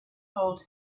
told